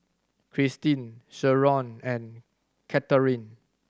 Kristin Sherron and Catharine